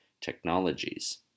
technologies